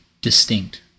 distinct